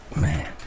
Man